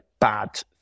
bad